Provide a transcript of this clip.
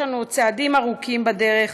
יש לנו עוד צעדים ארוכים בדרך,